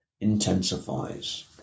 intensifies